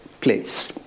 place